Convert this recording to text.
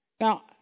Now